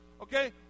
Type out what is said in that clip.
Okay